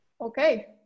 Okay